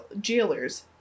jailers